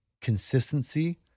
consistency